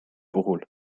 puhul